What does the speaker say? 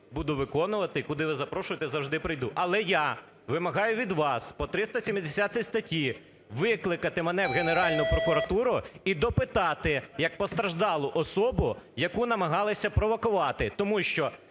буду виконувати, і куди ви запрошуєте, завжди прийду. Але я вимагаю від вас по 370 статті викликати мене в Генеральну прокуратуру і допитати як постраждалу особу, яку намагалися провокувати.